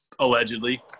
allegedly